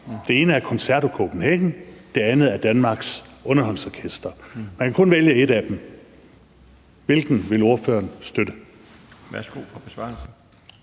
det ene er Concerto Copenhagen, og det andet er Danmarks Underholdningsorkester, og man kan kun vælge ét af dem – hvilket orkester vil ordføreren støtte?